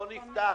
לא נפתח.